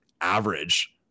average